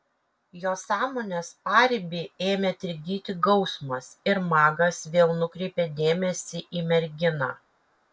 jo sąmonės paribį ėmė trikdyti gausmas ir magas vėl nukreipė dėmesį į merginą